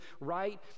right